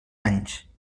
anys